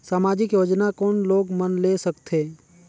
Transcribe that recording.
समाजिक योजना कोन लोग मन ले सकथे?